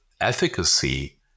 efficacy